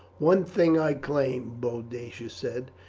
one thing i claim, boadicea said,